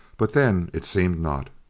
but then it seemed not.